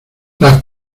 las